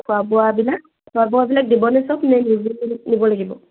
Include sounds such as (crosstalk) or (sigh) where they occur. খোৱা বোৱাবিলাক খোৱা বোৱাবিলাক দিবনে (unintelligible) লাগিব